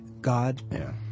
God